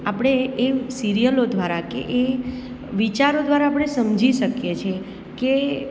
આપણે એ સિરિયલો દ્વારા કે એ વિચારો દ્વારા આપણે સમજી શકીએ છીએ કે